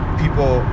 people